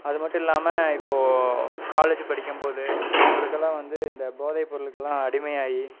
அது மட்டும் இல்லாமல் இப்போது காலேஜு படிக்கும்போது அவங்களுக்கெல்லாம் வந்து இந்த போதை பொருளுக்கெல்லாம் வந்து அடிமையாகி